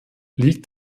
liegt